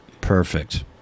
perfect